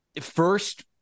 First